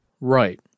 right